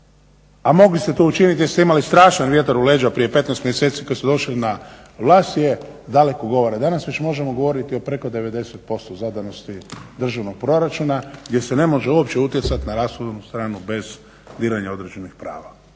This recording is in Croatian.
a mogli ste to učiniti jer ste imali strašan vjetar u leđa prije 15 mjeseci kad ste došli na vlast, je daleko govore. Danas već možemo govoriti o preko 90% zadanosti državnog proračuna gdje se ne može uopće utjecat na rashodovnu stranu bez diranja određenih prava.